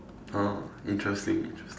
oh interesting interesting